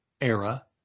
era